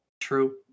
True